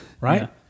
right